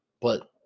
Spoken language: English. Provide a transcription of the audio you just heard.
But-